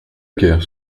guerre